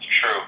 true